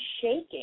shaking